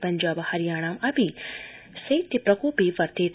पञ्जाब हरियाणापि शैत्यप्रकोपे वर्तेते